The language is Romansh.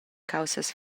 caussas